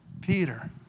Peter